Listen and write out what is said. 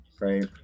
right